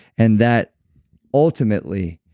and that ultimately,